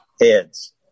Heads